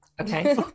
okay